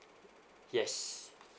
yes